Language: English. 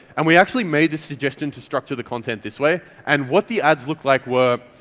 and we actually made this suggestion to structure the content this way. and what the ads look like were,